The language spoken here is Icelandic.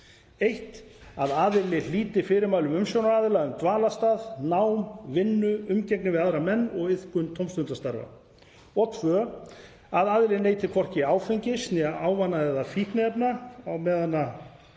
1. Að aðili hlíti fyrirmælum umsjónaraðila um dvalarstað, nám, vinnu, umgengni við aðra menn og iðkun tómstundastarfa. 2. Að aðili neyti hvorki áfengis né ávana- og fíkniefna“ á meðan